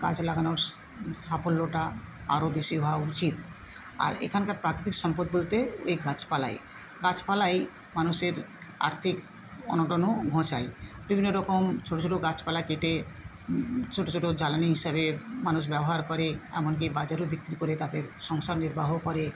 গাছ লাগানোর সাফল্যটা আরও বেশি হওয়া উচিত আর এখানকার প্রাকৃতিক সম্পদ বলতে এই গাছপালাই গাছপালাই মানুষের আর্থিক অনটনও ঘোঁচায় বিভিন্ন রকম ছোটো ছোটো গাছপালা কেটে ছোটো ছোটো জ্বালানি হিসাবে মানুষ ব্যবহার করে এমনকি বাজারও বিক্রি করে তাদের সংসার নির্বাহ করে